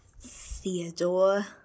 Theodore